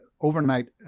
overnight